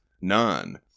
None